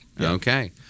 Okay